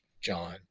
John